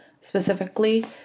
specifically